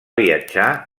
viatjar